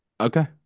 Okay